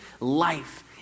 life